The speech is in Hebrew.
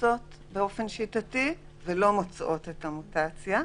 שעושות בדיקות באופן שיטתית ולא מוצאות את המוטציה?